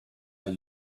are